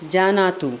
जानातु